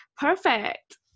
perfect